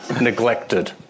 neglected